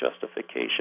justification